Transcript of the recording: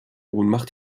ohnmacht